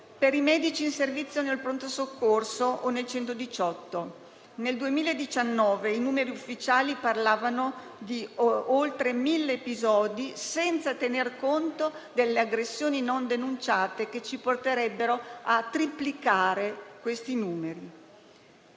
per i medici in servizio al pronto soccorso o al 118. Nel 2019 i numeri ufficiali parlavano di oltre 1.000 episodi, senza tener conto delle aggressioni non denunciate, che ci porterebbero a triplicare questi numeri.